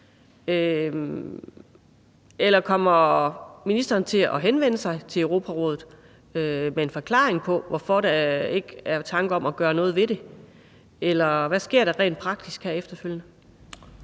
eller kommer ministeren til at henvende sig til Europarådet med en forklaring på, hvorfor der ikke er tanker om at gøre noget ved det? Eller hvad sker der rent praktisk her efterfølgende?